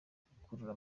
gukurura